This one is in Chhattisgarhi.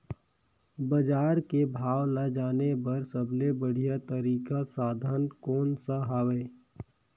बजार के भाव ला जाने बार सबले बढ़िया तारिक साधन कोन सा हवय?